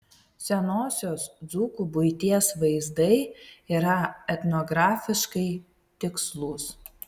senosios dzūkų buities vaizdai yra etnografiškai tikslūs